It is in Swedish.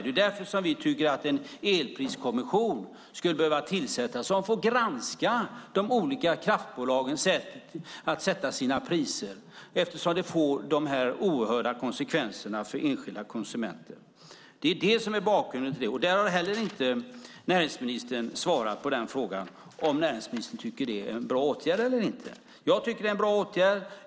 Det är därför som vi tycker att en elpriskommission skulle behöva tillsättas, som får granska de olika kraftbolagens sätt att sätta sina priser, eftersom det får oerhörda konsekvenser för enskilda konsumenter. Det är det som är bakgrunden till detta. Näringsministern har inte heller svarat på den frågan, om näringsministern tycker att det är en bra åtgärd eller inte. Jag tycker att det är en bra åtgärd.